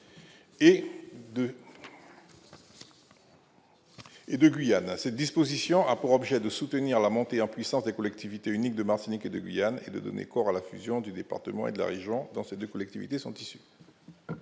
Et de Guyane à cette disposition a pour objet de soutenir la montée en puissance des collectivités unique de Martinique et de Guyane et de donner corps à la fusion du blé porte monnaie de la région dans ces 2 collectivités sont issus.